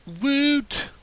Woot